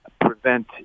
prevent